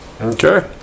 Okay